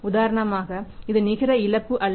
உதாரணமாக இது நிகர இழப்பு அல்ல